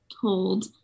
told